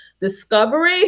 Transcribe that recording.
discovery